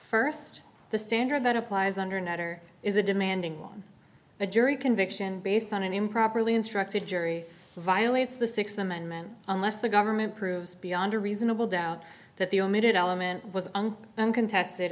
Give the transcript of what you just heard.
first the standard that applies under netter is a demanding on a jury conviction based on an improperly instructed jury violates the sixth amendment unless the government proves beyond a reasonable doubt that the omitted element was uncontested